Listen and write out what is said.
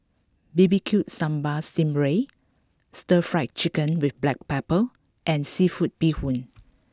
B B Q Sambal Sting Ray Stir Fry Chicken with Black Pepper and Seafood Bee Hoon